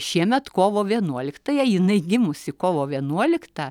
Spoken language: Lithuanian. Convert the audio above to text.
šiemet kovo vienuoliktąją jinai gimusi kovo vienuoliktą